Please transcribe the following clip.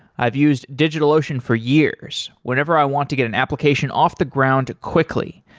i've used digitalocean for years, whenever i want to get an application off the ground quickly.